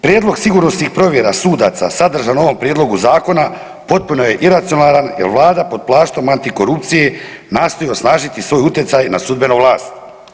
Prijedlog sigurnosnih provjera sudaca sadržan u ovom prijedlogu zakona potpuno je iracionalan jer Vlada pod plaštom antikorupcije nastoji osnažiti svoj utjecaj na sudbenu vlast.